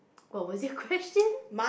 what was your question